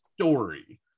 story